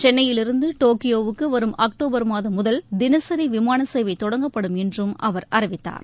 சென்னையில் இருந்து டோக்கியோவுக்கு வரும் அக்டோபர் மாதம் முதல் தினசரி விமான சேவை தொடங்கப்படும் என்று அவர் அறிவித்தார்